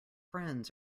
friends